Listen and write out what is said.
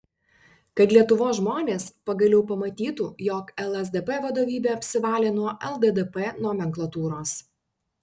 kad lietuvos žmonės pagaliau pamatytų jog lsdp vadovybė apsivalė nuo lddp nomenklatūros